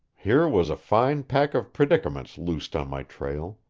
here was a fine pack of predicaments loosed on my trail.